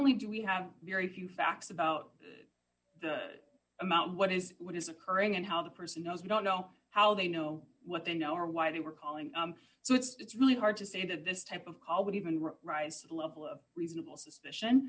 only do we have very few facts about the amount what is what is occurring and how the person knows we don't know how they know what they know or why they were calling so it's really hard to say that this type of call would even reprise the level of reasonable suspicion